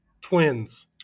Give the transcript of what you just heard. twins